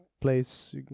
place